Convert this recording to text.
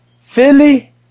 Philly